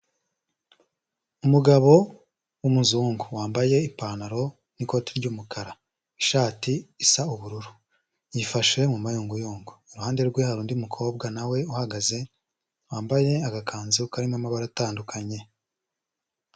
Umugabo w'umuzungu wambaye ipantaro n'ikoti ry'umukara, ishati isa ubururu, yifashe mu mayunguyungu, iruhande rwe hari undi mukobwa nawe uhagaze wambaye agakanzu karimo amabara atandukanye.